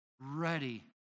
ready